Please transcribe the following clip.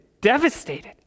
devastated